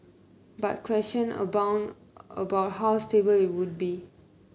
but question abound about how stable it would be